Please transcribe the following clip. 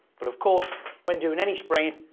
but of course when doing any spraying,